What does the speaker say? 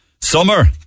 summer